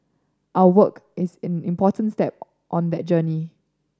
our work is an important step on that journey